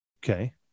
Okay